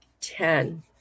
ten